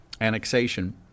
annexation